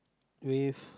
with